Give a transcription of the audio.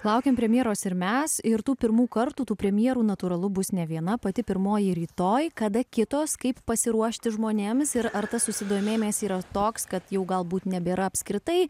laukiam premjeros ir mes ir tų pirmų kartų tų premjerų natūralu bus ne viena pati pirmoji rytoj kada kitos kaip pasiruošti žmonėms ir ar tas susidomėjimas yra toks kad jau galbūt nebėra apskritai